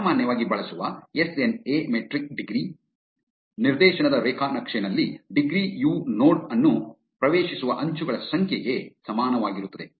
ಸಾಮಾನ್ಯವಾಗಿ ಬಳಸುವ S N A metric degree ನಿರ್ದೇಶನದ ರೇಖಾ ನಕ್ಷೆನಲ್ಲಿ ಡಿಗ್ರಿ ಯು ನೋಡ್ ಅನ್ನು ಪ್ರವೇಶಿಸುವ ಅಂಚುಗಳ ಸಂಖ್ಯೆಗೆ ಸಮಾನವಾಗಿರುತ್ತದೆ